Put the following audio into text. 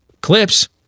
clips